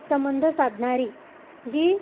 संबंध साधणारी जी